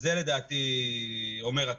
זה לדעתי אומר הכול.